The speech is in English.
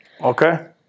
okay